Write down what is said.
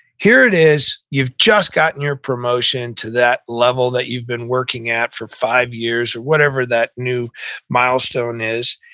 here it is, you've just gotten your promotion to that level that you've been working at for five years, whatever that new milestone is.